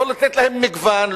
לא לתת להם מגוון,